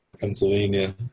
Pennsylvania